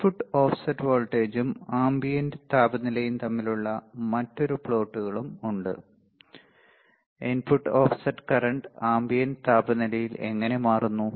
input offset വോൾട്ടേജും ambient താപനിലയും തമ്മിലുള്ള മറ്റൊരു പ്ലോട്ടുകളും ഉണ്ട് ഇൻപുട്ട് ഓഫ്സെറ്റ് കറന്റ് ആംബിയന്റ് താപനിലയിൽ എങ്ങനെ മാറുന്നു